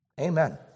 Amen